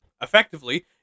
Effectively